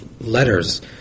letters